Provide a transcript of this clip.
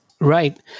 Right